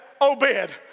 Obed